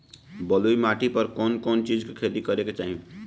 बलुई माटी पर कउन कउन चिज के खेती करे के चाही?